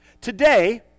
Today